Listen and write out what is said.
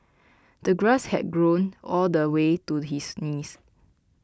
the grass had grown all the way to his knees